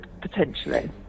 potentially